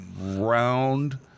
round